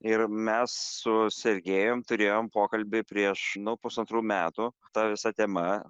ir mes su sergėjum turėjom pokalbį prieš nu pusantrų metų ta visa tema